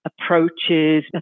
Approaches